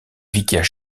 vicaire